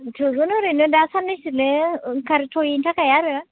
थोगोन ओरैनो दा साननैसोनि ओंखारथ'यैनि थाखाय आरो